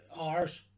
hours